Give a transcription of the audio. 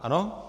Ano?